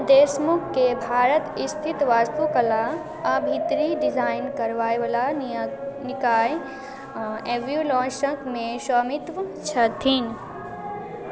देशमुखके भारत स्थित वास्तुकला आओर भितरी डिजाइन करबाबैवला निय निकाय एव्युलोशकमे स्वामित्व छथिन